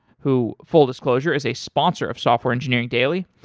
who full disclosure is a sponsor of software engineering daily.